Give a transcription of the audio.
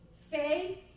Faith